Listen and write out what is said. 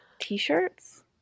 t-shirts